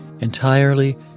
entirely